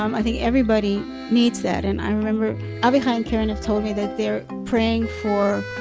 um i think everybody needs that, and i remember avichai and keren have told me that they're praying for